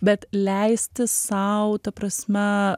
bet leisti sau ta prasme